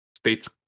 States